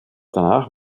danach